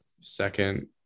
second